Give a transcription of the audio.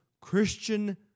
Christian